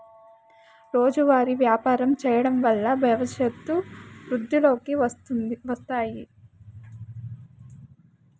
రోజువారీ వ్యాపారం చేయడం వల్ల భవిష్యత్తు వృద్ధిలోకి వస్తాది